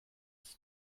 ist